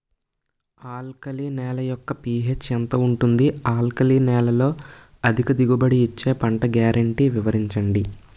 Alkali నేల యెక్క pH ఎంత ఉంటుంది? ఆల్కలి నేలలో అధిక దిగుబడి ఇచ్చే పంట గ్యారంటీ వివరించండి?